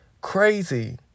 crazy